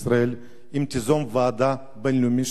תיזום ועדה בין-לאומית של אנשי אקדמיה.